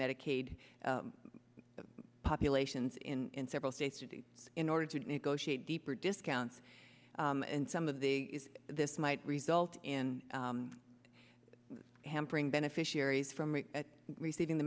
medicaid populations in several states to do in order to negotiate deeper discounts and some of the this might result in hampering beneficiaries from receiving the